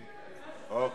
כן, כן.